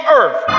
earth